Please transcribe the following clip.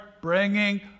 bringing